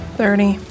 thirty